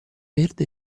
verde